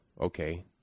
okay